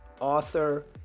author